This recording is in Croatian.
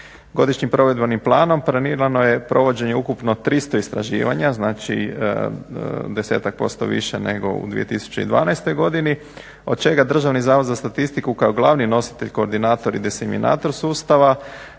Godišnjim provedbenim planom planirano je provođenje ukupno 300 istraživanja, znači desetak posto više nego u 2012. godini od čega Državni zavod za statistiku kao glavni nositelj koordinator i desiminator sustava